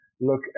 look